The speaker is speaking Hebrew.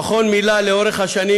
המכון מילא לאורך השנים,